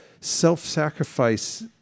self-sacrifice